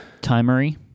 Timery